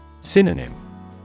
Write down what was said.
Synonym